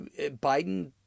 Biden